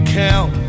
count